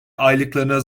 aylıklarına